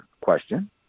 question